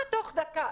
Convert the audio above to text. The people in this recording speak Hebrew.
מה תוך דקה?